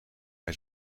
hij